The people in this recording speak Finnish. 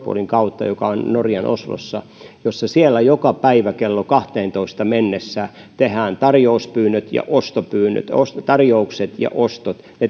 poolin kautta joka on norjan oslossa siellä joka päivä kello kahteentoista mennessä tehdään tarjouspyynnöt ja ostopyynnöt tarjoukset ja ostot